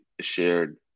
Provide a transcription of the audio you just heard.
shared